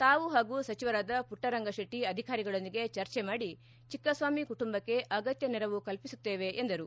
ತಾವು ಹಾಗೂ ಸಚವರಾದ ಪುಟ್ಟರಂಗ ಶೆಟ್ಟಿ ಅಧಿಕಾರಿಗಳೊಂದಿಗೆ ಚರ್ಚೆ ಮಾಡಿ ಚಿಕ್ಕಸ್ವಾಮಿ ಕುಟುಂಬಕ್ಕೆ ಅಗತ್ಯ ನೆರವು ಕಲ್ಪಿಸುತ್ತೇವೆ ಎಂದರು